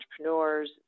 entrepreneurs